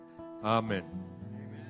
Amen